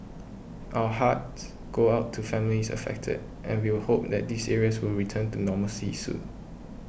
our hearts go out to families affected and we'll hope that these areas will return to normalcy soon